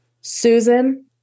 Susan